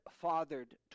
fathered